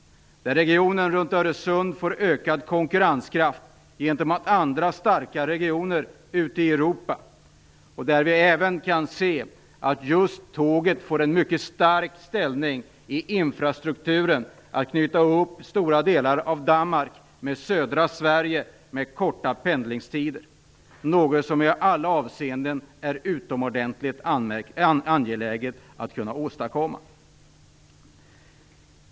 Regionen runt Öresund får ökad konkurrenskraft gentemot andra starka regioner ute i Europa. Just tåget får då en mycket stark ställning i infrastrukturen när det gäller att knyta upp stora delar av Danmark med södra Sverige i form av kort pendligstider, något som det i alla avseenden är utomordentligt angeläget att kunna åstadkomma.